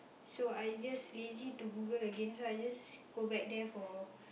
so I just lazy to Google again so I just go back there for